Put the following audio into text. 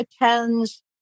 attends